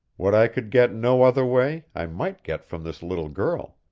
what i could get no other way i might get from this little girl.